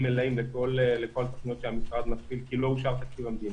מלאים לכל התוכניות שהמשרד מפעיל כי לא אושר תקציב המדינה,